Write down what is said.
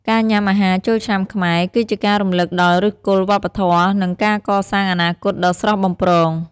ការញ៉ាំអាហារចូលឆ្នាំខ្មែរ គឺជាការរំលឹកដល់ឫសគល់វប្បធម៌ និងការកសាងអនាគតដ៏ស្រស់បំព្រង។